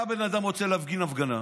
בן אדם היה רוצה להפגין הפגנה,